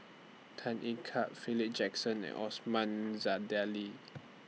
Tan Ean Car Philip Jackson and Osman